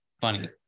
funny